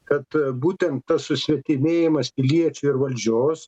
kad būtent tas susvetimėjimas piliečių ir valdžios